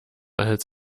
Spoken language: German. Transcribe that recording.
als